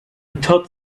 thought